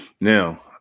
Now